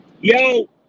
Yo